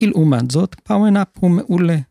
ולעומת זאת, פאוור נאפ הוא מעולה.